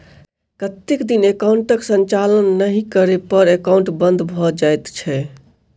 कतेक दिन एकाउंटक संचालन नहि करै पर एकाउन्ट बन्द भऽ जाइत छैक?